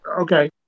Okay